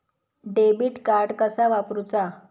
Debit card कसा वापरुचा?